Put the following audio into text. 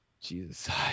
Jesus